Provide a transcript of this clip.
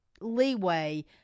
leeway